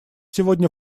сегодня